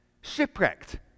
shipwrecked